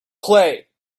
play